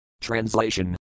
Translation